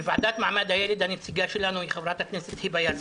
בוועדה למעמד הילד הנציגה שלנו היא חברת הכנסת היבא יזבק.